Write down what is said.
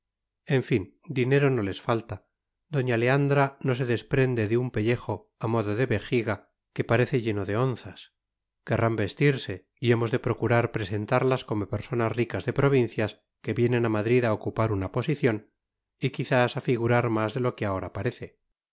en fin dinero no les falta doña leandra no se desprende de un pellejo a modo de vejiga que parece lleno de onzas querrán vestirse y hemos de procurar presentarlas como personas ricas de provincias que vienen a madrid a ocupar una posición y quizás a figurar más de lo que ahora parece